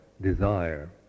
desire